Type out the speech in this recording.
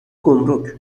گمرک